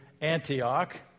Antioch